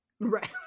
right